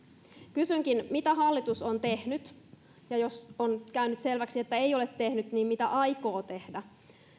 kysynkin mitä hallitus on tehnyt ja jos käy nyt selväksi että ei ole tehnyt niin mitä aikoo tehdä